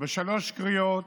בשלוש קריאות